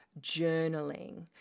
journaling